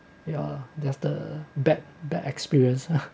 ya just the bad bad the experience ah